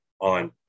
on